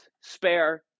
spare